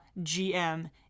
GM